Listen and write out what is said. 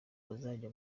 bazajya